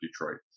Detroit